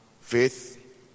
faith